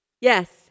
Yes